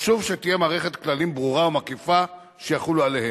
חשוב שתהיה מערכת כללים ברורה ומקיפה שתחול עליהם.